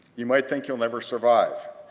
you might think you'll never survive.